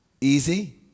easy